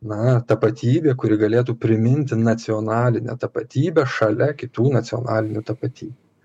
na tapatybė kuri galėtų priminti nacionalinę tapatybę šalia kitų nacionalinių tapatybių